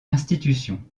institution